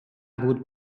would